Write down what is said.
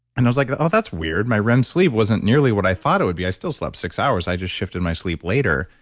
and i was like, oh, that's weird, my rem sleep wasn't nearly what i thought it would be. i still slept six hours. i just shifted my sleep later,